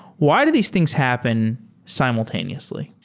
why do these things happen simultaneously?